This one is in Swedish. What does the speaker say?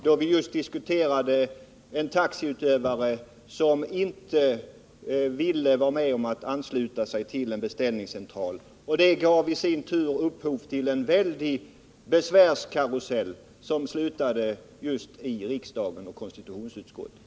Den taxiägare vi då diskuterade hade inte velat ansluta sig till beställningscentral, och detta hade givit upphov till en väldig besvärskarusell som slutade just i riksdagen och konstitutionsutskottet.